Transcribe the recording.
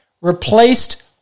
replaced